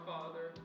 Father